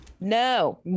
no